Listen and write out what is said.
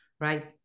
right